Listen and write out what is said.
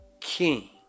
king